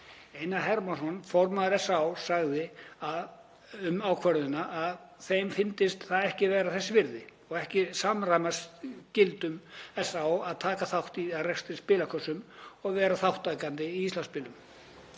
Einar Hermannsson, formaður SÁÁ, sagði um ákvörðunina að þeim fyndist það ekki vera þess virði og ekki samræmast gildum SÁÁ að taka þátt í rekstri á spilakössum og vera þátttakandi í Íslandsspilum.